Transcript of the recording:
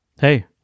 Hey